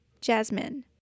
Jasmine